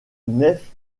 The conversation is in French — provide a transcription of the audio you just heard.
nef